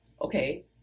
okay